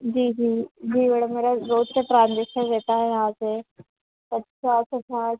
जी जी जी मैडम मेरा रोज़ का ट्रांजेक्सन रहता है यहाँ से पचास से साठ